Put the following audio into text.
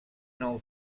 non